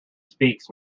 speaks